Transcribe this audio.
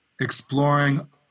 exploring